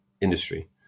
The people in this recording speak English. industry